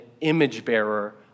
image-bearer